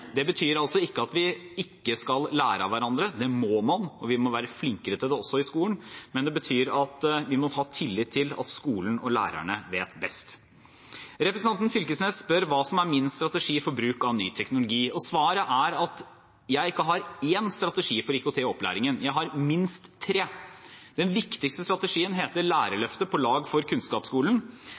lære av hverandre – det må man, og vi må være flinkere til det også i skolen – men det betyr at vi må ha tillit til at skolen og lærerne vet best. Representanten Knag Fylkesnes spør hva som er min strategi for bruk av ny teknologi. Svaret er at jeg ikke har én strategi for IKT i opplæringen – jeg har minst tre. Den viktigste strategien heter Lærerløftet – På lag for kunnskapsskolen.